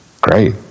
great